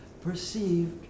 perceived